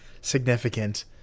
significant